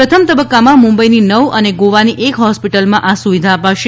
પ્રથમ તબક્કામાં મુંબઈની નવ અને ગોવાની એક હોસ્પિટલમાં આ સુવિધા અપાશે